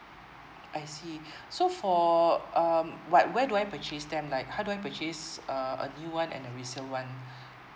I see so for um what where do I purchase them like how do I purchase uh a new one and the recent one